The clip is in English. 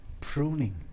pruning